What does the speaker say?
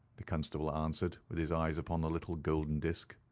the constable answered with his eyes upon the little golden disk.